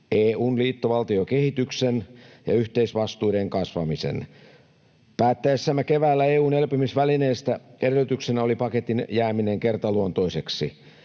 EU:n liittovaltiokehityksen ja yhteisvastuiden kasvamisen. Päättäessämme keväällä EU:n elpymisvälineestä edellytyksenä oli paketin jääminen kertaluontoiseksi.